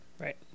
Right